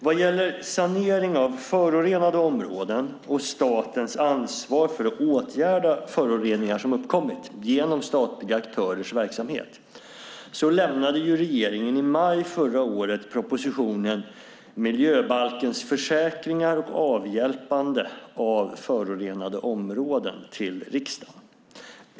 Vad gäller sanering av förorenade områden och statens ansvar för att åtgärda föroreningar som uppkommit genom statliga aktörers verksamhet lämnade regeringen i maj förra året propositionen Miljöbalkens försäkringar och avhjälpande av förorenade områden till riksdagen.